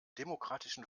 demokratischen